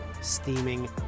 steaming